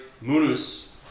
munus